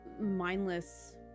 mindless